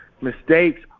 Mistakes